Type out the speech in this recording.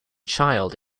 child